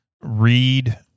read